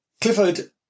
Clifford